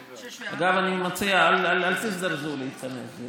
אגב, אני מציע, אל תזדרזו להתכנס.